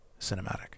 cinematic